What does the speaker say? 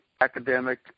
academic